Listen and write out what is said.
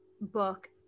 book